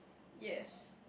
yes